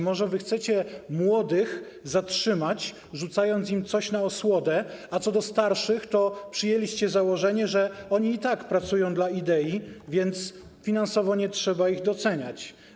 Może chcecie młodych zatrzymać, rzucając im coś na osłodę, a co do starszych to przyjęliście założenie, że oni i tak pracują dla idei, więc finansowo nie trzeba ich doceniać.